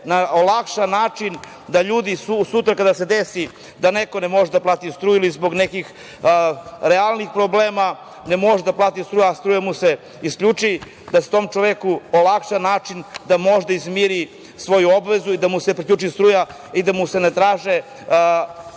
se olakša način da ljudi sutra kada se desi da neko ne može da plati struju ili zbog nekih realnih problema ne može da je plati, a isključi mu se, da se tom čoveku olakša način da može da izmiri svoju obavezu i da mu se priključi struja i da mu se ne traži